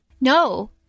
No